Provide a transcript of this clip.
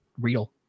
real